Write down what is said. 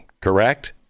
correct